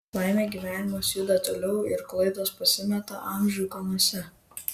laimė gyvenimas juda toliau ir klaidos pasimeta amžių ūkanose